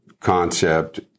concept